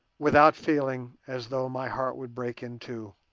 without feeling as though my heart would break in two.